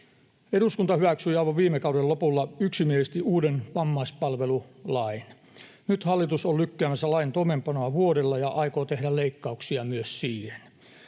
Eduskunta hyväksyi aivan viime kauden lopulla yksimielisesti uuden vammaispalvelulain. Nyt hallitus on lykkäämässä lain toimeenpanoa vuodella ja aikoo tehdä leikkauksia myös siihen.